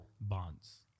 bonds